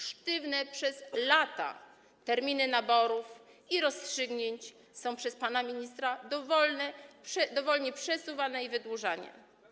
Sztywne przez lata terminy naborów i rozstrzygnięć są przez pana ministra dowolnie przesuwane i wydłużane.